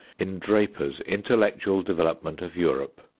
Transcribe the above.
in draper's intellectual development of europe,